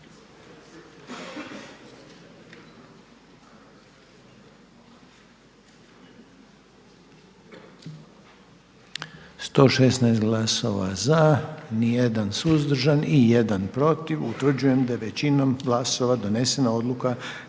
112 je za, nijedan suzdržan, nijedan protiv. Utvrđujem da je jednoglasno donesena odluka